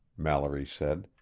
mallory said.